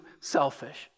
selfish